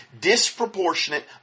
disproportionate